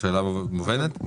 השאלה מובנת?